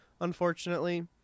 unfortunately